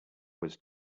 was